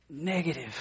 negative